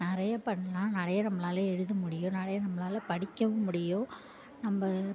நிறைய பண்ணலாம் நிறைய நம்மளால எழுத முடியும் நிறைய நம்மளால படிக்கவும் முடியும் நம்ம